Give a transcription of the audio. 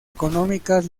económicas